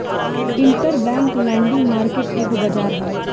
interbank lending market एगो बाजार ह